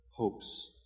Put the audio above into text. Hopes